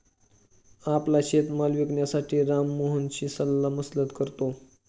आपला शेतीमाल विकण्यासाठी राम मोहनशी सल्लामसलत करतो